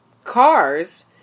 cars